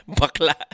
bakla